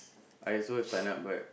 I also sign up but